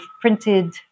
printed